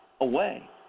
away